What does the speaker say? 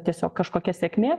tiesiog kažkokia sėkmė